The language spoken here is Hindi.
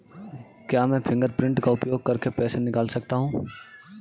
क्या मैं फ़िंगरप्रिंट का उपयोग करके पैसे निकाल सकता हूँ?